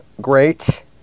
great